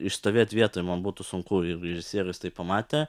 išstovėt vietoj man būtų sunku ir režisierius tai pamatė